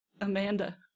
Amanda